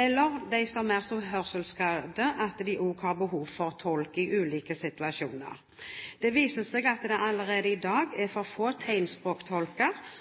eller de som er så hørselsskadde at de har behov for tolk i ulike situasjoner. Det viser seg at det allerede i dag er for få